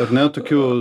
ar ne tokiu